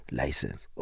license